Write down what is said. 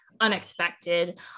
unexpected